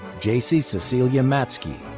jacie cecilia matzke.